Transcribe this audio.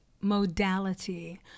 modality